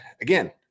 again